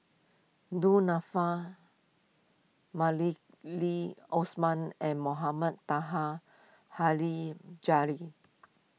Du Nanfa Malili Osman and Mohamed Taha